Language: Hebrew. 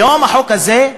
היום החוק הזה,